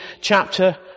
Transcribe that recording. chapter